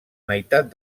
meitat